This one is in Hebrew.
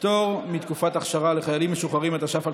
פטור מתקופת אכשרה לחיילים משוחררים), התש"ף 2020,